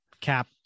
Cap